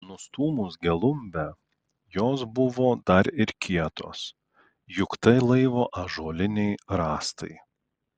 nustūmus gelumbę jos buvo dar ir kietos juk tai laivo ąžuoliniai rąstai